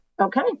Okay